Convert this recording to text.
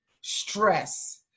stress